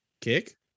kick